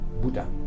Buddha